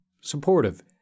supportive